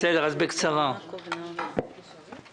כל פעם מגלגלים אותם עוד חודש,